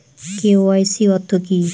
KYC অর্থ কি?